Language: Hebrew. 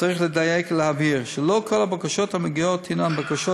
צריך לדייק ולהבהיר שלא כל הבקשות המגיעות הנן בקשות